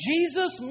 Jesus